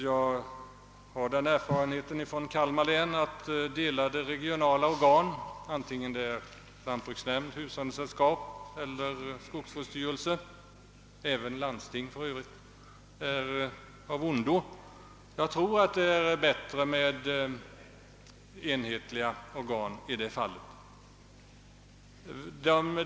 Jag har den erfarenheten från Kalmar län att delade regionala organ — lantbruksnämnd, :hushållningssällskap eller skogsvårdsstyrelse och för övrigt även landsting — icke är bra, Jag tror det är bättre med enhetliga organ i det fallet.